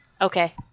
Okay